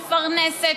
מפרנסת,